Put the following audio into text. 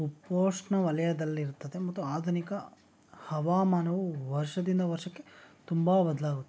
ಉಪ ಉಷ್ಣವಲಯದಲ್ಲಿರುತ್ತದೆ ಮತ್ತು ಆಧುನಿಕ ಹವಾಮಾನವು ವರ್ಷದಿಂದ ವರ್ಷಕ್ಕೆ ತುಂಬ ಬದಲಾಗುತ್ತೆ